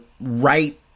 right